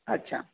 अच्छा